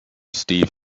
steve